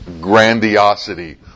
grandiosity